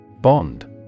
Bond